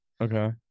Okay